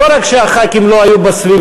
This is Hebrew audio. לא רק שחברי הכנסת לא היו בסביבה,